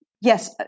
Yes